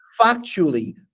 factually